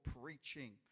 preaching